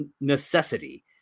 Necessity